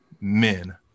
men